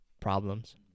problems